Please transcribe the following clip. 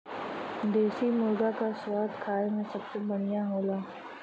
देसी मुरगा क स्वाद खाए में सबसे बढ़िया होला